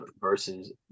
versus